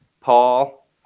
Paul